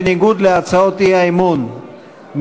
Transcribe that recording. בניגוד להצעות האי-אמון,